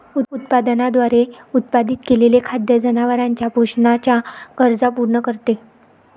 उत्पादनाद्वारे उत्पादित केलेले खाद्य जनावरांच्या पोषणाच्या गरजा पूर्ण करते